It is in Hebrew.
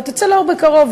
ותצא לאור בקרוב,